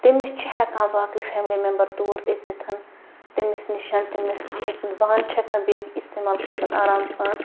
تٔمِس چھِ ہٮ۪کان باقٕے فیملی مٮ۪مبَر تور أژِتھ تٔمِس نِش تٔمِس تٔمۍ سٕنٛد بانہٕ چھِ ہٮ۪کان بیٚکۍ اِستعمال کٔرِتھ آرام سان